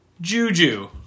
Juju